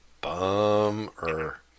bummer